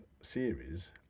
series